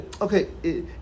Okay